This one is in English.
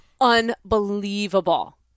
Unbelievable